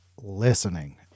Listening